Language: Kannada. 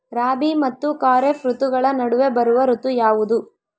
ರಾಬಿ ಮತ್ತು ಖಾರೇಫ್ ಋತುಗಳ ನಡುವೆ ಬರುವ ಋತು ಯಾವುದು?